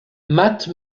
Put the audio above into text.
matt